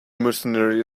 mercenary